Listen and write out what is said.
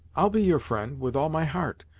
i'll be your friend, with all my heart,